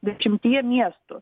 dešimtyje miestų